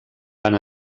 van